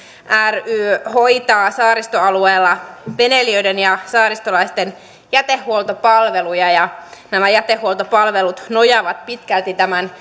ry hoitaa saaristoalueella veneilijöiden ja saaristolaisten jätehuoltopalveluja ja jätehuoltopalvelut nojaavat pitkälti tämän